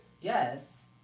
Yes